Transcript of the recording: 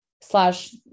slash